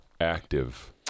active